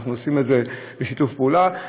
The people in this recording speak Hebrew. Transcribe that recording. אנחנו עושים את זה בשיתוף פעולה,